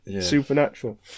supernatural